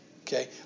Okay